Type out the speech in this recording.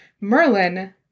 Merlin